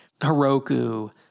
Heroku